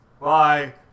Bye